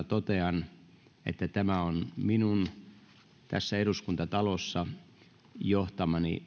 totean että tämä on viimeinen minun tässä eduskuntatalossa johtamani